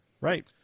Right